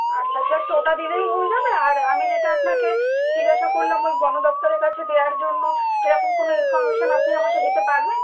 আচ্ছা জাস্ট ওটা দিলেই হয়ে যাবে আর আমি যেটা আপনাকে জিজ্ঞাসা করলাম ওই বন দপ্তরের কাছে দেওয়ার জন্য এরকম কোনও ইনফরমেশন আপনি আমাকে দিতে পারবেন